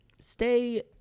stay